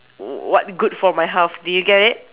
what good for my health do you get it